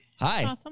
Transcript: hi